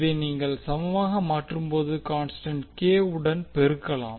இதை நீங்கள் சமமாக மாற்றும்போது கான்ஸ்டன்ட் k உடன் பெருக்கலாம்